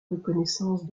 reconnaissance